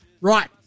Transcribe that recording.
Right